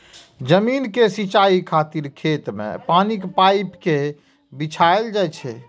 जमीन के सिंचाइ खातिर खेत मे पानिक पाइप कें बिछायल जाइ छै